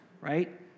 right